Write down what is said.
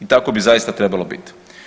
Tako bi zaista trebalo biti.